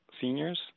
seniors